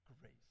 grace